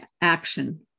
action